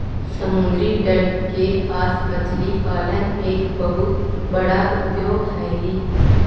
समुद्री तट के पास मछली पालन एक बहुत बड़ा उद्योग हइ